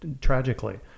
tragically